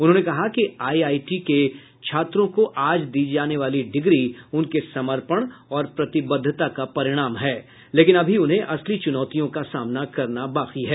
उन्होंने कहा कि आई आई टी के छात्रों को आज दी जाने वाली डिग्री उनके समर्पण और प्रतिबद्धता का परिणाम है लेकिन अभी उन्हें असली चुनौतियां का सामना करना बाकी है